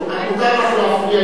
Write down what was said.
מותר לך להפריע לי,